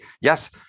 yes